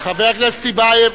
חבר הכנסת טיבייב,